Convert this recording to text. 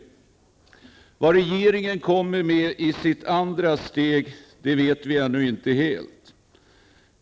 Vad regeringen kommer med i sitt andra steg vet vi ännu inte helt.